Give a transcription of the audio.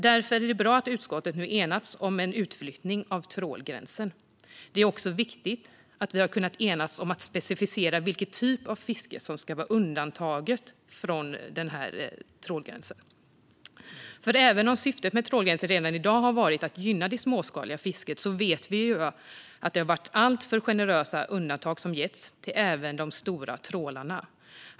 Därför är det bra att utskottet nu har enats om en utflyttning av trålgränsen. Det är också viktigt att vi har kunnat enas om att specificera vilken typ av fiske som ska vara undantagen när det gäller trålgränsen. Även om syftet med trålgränsen redan i dag har varit att gynna det småskaliga fisket vet vi att det har getts alltför generösa undantag till även de stora trålarna.